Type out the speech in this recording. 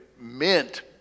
meant